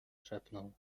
szepnął